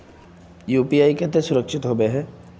UPI केते सुरक्षित होबे है?